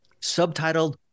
Subtitled